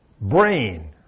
Brain